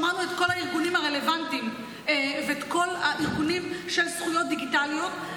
שמענו את כל הארגונים הרלוונטיים ואת כל הארגונים של זכויות דיגיטליות.